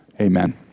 Amen